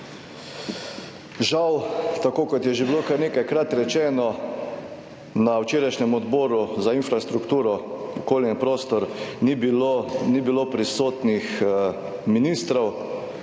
Žal, tako kot je že bilo kar nekajkrat rečeno, na včerajšnjem Odboru za infrastrukturo, okolje in prostor ni bilo, ni bilo